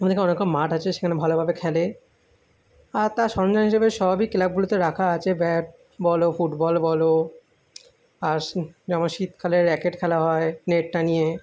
অনেকে অনেকরকম মাঠ আছে সেখানে ভালোভাবে খেলে আর তার সরঞ্জাম হিসাবে সবই ক্লাবঘরেতে রাখা আছে ব্যাট বলো ফুটবল বলো আর যেমন শীতকালে র্যাকেট খেলা হয় নেট টাঙ্গিয়ে